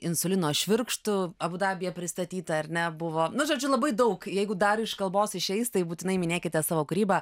insulino švirkštų abu dabyje pristatyta ar ne buvo nu žodžiu labai daug jeigu dar iš kalbos išeis tai būtinai minėkite savo kūrybą